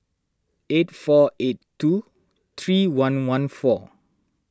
eight four eight two three one one four